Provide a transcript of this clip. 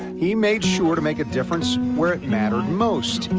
he made sure to make a difference where it mattered most,